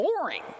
boring